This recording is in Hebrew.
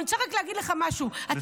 אני רק רוצה להגיד לך משהו, לסיום.